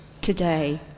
today